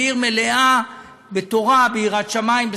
היא עיר מלאה בתורה וביראת שמים,